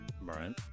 Right